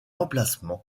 emplacement